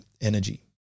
energy